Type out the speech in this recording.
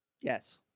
Yes